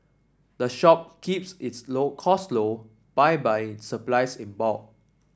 the shop keeps its low cost low by buying supplies in bulk